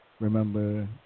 Remember